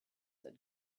that